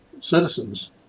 citizens